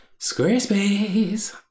Squarespace